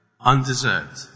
undeserved